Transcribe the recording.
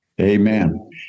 Amen